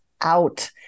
out